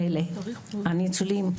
התלמידים.